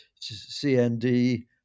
CND